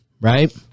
Right